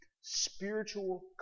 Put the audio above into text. spiritual